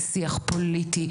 על שיח פוליטי,